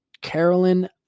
Carolyn